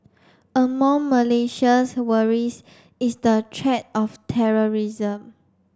among Malaysia's worries is the threat of terrorism